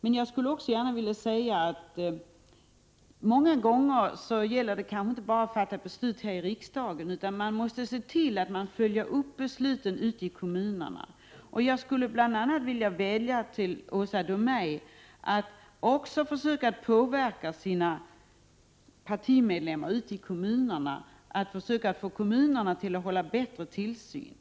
Men jag skulle också vilja säga | att det ofta inte bara gäller att fatta beslut här i riksdagen, utan man måste | också se till att besluten följs upp ute i kommunerna. Jag skulle vilja vädja till Åsa Domeij att hon försöker påverka sina partivänner ute i kommunerna, så att de arbetar för att få kommunerna att hålla en bättre tillsyn.